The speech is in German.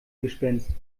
gespenst